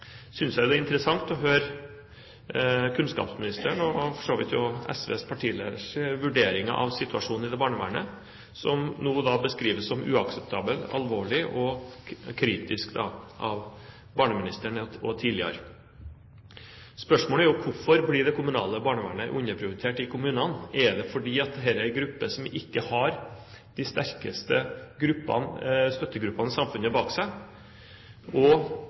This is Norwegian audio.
vidt også SVs partileders, vurdering av situasjonen i barnevernet, som nå da beskrives som uakseptabel, alvorlig og kritisk – også av barneministeren tidligere. Spørsmålene er: Hvorfor blir det kommunale barnevernet underprioritert i kommunene? Er det fordi dette er en gruppe som ikke har de sterkeste støttegruppene i samfunnet bak seg? Er kunnskapsministeren enig i det? Er statsråden også enig i at det forplikter desto mer regjeringen og